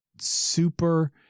super